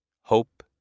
Hope